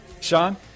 Sean